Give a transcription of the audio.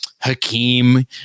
Hakeem